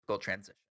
transition